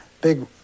big